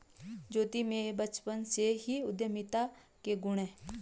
ज्योति में बचपन से ही उद्यमिता के गुण है